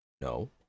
No